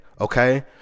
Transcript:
Okay